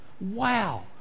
Wow